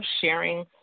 sharing